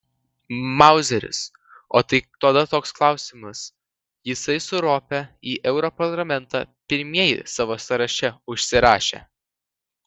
mauzeris o tai tada toks klausimas jisai su rope į europarlamentą pirmieji savo sąraše užsirašę